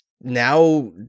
now